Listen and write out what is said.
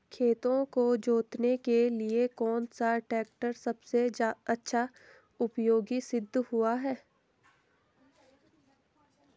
खेतों को जोतने के लिए कौन सा टैक्टर सबसे अच्छा उपयोगी सिद्ध हुआ है?